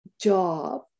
job